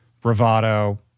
bravado